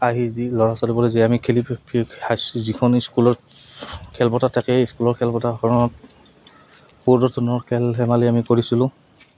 আহি যি ল'ৰা ছোৱালীবোৰে যি আমি খেলি ফি যিখন স্কুলত খেলপথাৰ থাকে সেই স্কুলৰ খেলপথাৰখনত খেল ধেমালি আমি কৰিছিলোঁ